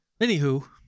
Anywho